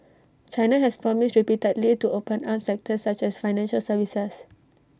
China has promised repeatedly to open up sectors such as financial services